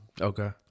okay